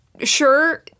sure